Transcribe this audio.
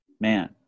man